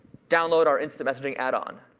download our instant messaging add-on.